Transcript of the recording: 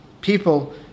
People